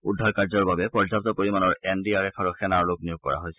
উদ্ধাৰ কাৰ্যৰ বাবে পৰ্যাপ্ত পৰিমাণৰ এন ডি আৰ এফ আৰু সেনাৰ লোক নিয়োগ কৰা হৈছে